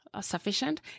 Sufficient